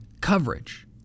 coverage